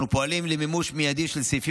אנחנו פועלים למימוש מיידי של סעיפים